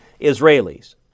Israelis